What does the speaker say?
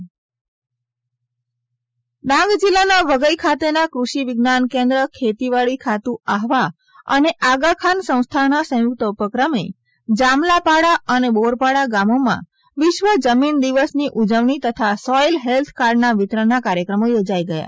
વિશ્વ જમીન દિવસ ડાંગ ડાંગ જીલ્લાના વધઈ ખાતેના કૃષિ વિજ્ઞાન કેન્દ્ર ખેતીવાડી ખાતુ આહવા અને આગાખાન સંસ્થાના સંયુકત ઉપક્રમે જામલાપાડા અને બોરપાડા ગામોમાં વિશ્વ જમીન દિવસનો ઉજવણી તથા સોઈલ હેલ્થ કાર્ડના વિતરણના કાર્યક્રમો યોજાઈ ગયા